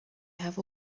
have